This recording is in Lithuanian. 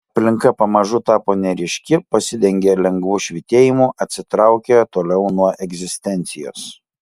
aplinka pamažu tapo neryški pasidengė lengvu švytėjimu atsitraukė toliau nuo egzistencijos